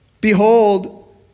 behold